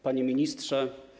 Panie Ministrze!